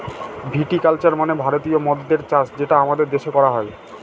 ভিটি culture মানে ভারতীয় মদ্যের চাষ যেটা আমাদের দেশে করা হয়